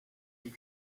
est